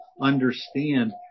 understand